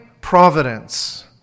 providence